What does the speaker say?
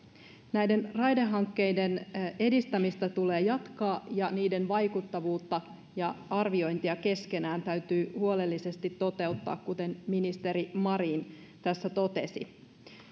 näiden raidehankkeiden edistämistä tulee jatkaa ja niiden vaikuttavuutta vertailla keskenään ja arviointia täytyy huolellisesti toteuttaa kuten ministeri marin tässä totesi